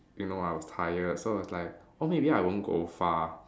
you know I was tired so I was like oh maybe I won't go far